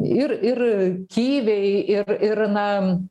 ir ir kiviai ir ir na